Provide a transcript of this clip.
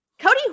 Cody